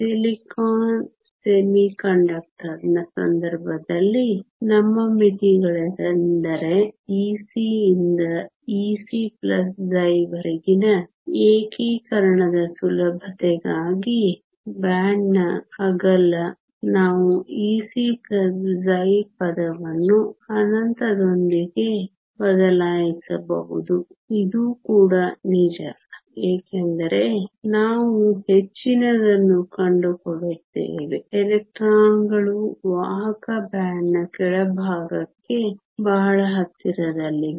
silicon ಅರೆವಾಹಕನ ಸಂದರ್ಭದಲ್ಲಿ ನಮ್ಮ ಮಿತಿಗಳೆಂದರೆ Ec ಯಿಂದ Ec ವರೆಗಿನ ಏಕೀಕರಣದ ಸುಲಭತೆಗಾಗಿ ಬ್ಯಾಂಡ್ನ ಅಗಲ ನಾವು Ec ಪದವನ್ನು ಅನಂತದೊಂದಿಗೆ ಬದಲಾಯಿಸಬಹುದು ಇದು ಕೂಡ ನಿಜ ಏಕೆಂದರೆ ನಾವು ಹೆಚ್ಚಿನದನ್ನು ಕಂಡುಕೊಳ್ಳುತ್ತೇವೆ ಎಲೆಕ್ಟ್ರಾನ್ಗಳು ವಾಹಕ ಬ್ಯಾಂಡ್ನ ಕೆಳಭಾಗಕ್ಕೆ ಬಹಳ ಹತ್ತಿರದಲ್ಲಿವೆ